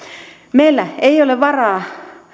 meillä ei ole varaa